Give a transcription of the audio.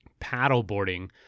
paddleboarding